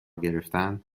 گرفتند